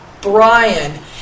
Brian